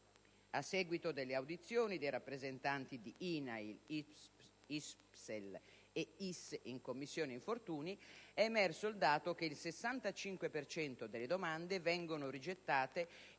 A seguito delle audizioni dei rappresentanti di INAIL, ISPESL e ISS in Commissione infortuni è emerso il dato che il 65 per cento delle domande viene rigettato in